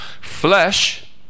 flesh